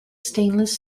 stainless